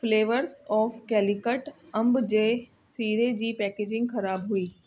flavours of Calicut अंब जे सीरे जी पैकेजिंग ख़राबु हुई